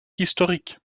historique